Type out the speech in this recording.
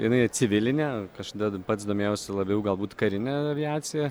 jinai civilinė kažkada pats domėjausi labiau galbūt karine aviacija